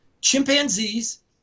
chimpanzees